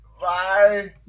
Bye